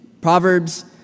proverbs